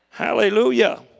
Hallelujah